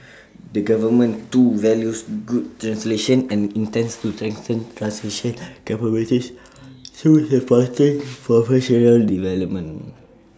the government too values good translation and intends to strengthen translation capabilities through supporting professional development